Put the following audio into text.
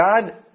God